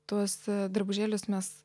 tuos drabužėlius mes